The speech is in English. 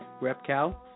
Repcal